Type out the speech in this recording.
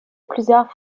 plusieurs